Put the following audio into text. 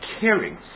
caring